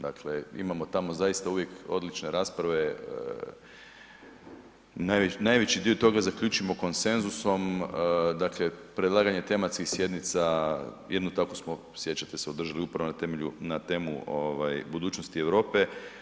Dakle, imamo tamo zaista uvijek odlične rasprave, najveći dio toga zaključimo konsenzusom, dakle predlaganje tematskih sjednica, jednu takvu smo, sjećate se, održali upravo na temu budućnosti Europe.